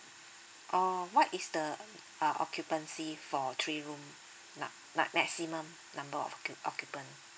oh what is the uh occupancy for three room nu~ nu~ maximum number of occu~ occupant